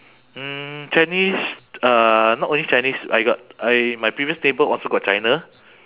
mm chinese uh not only chinese I got I my previous neighbour also got china